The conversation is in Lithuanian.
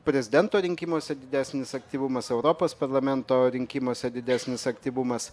prezidento rinkimuose didesnis aktyvumas europos parlamento rinkimuose didesnis aktyvumas